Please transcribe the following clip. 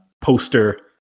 poster